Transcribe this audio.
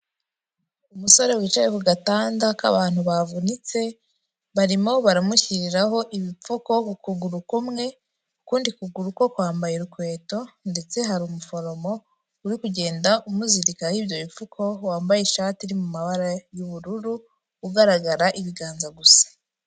Umusore wicaye ku gatanda k'abantu bavunitse barimo baramushyiriraho ibipfuko ku kuguru kumwe, ukundi kuguru ko kwambaye inkweto ndetse hari umuforomo uri kugenda umuzirikaho ibyo bifuko wambaye ishati iri mu mabara y'ubururu ugaragara ibiganza gusa.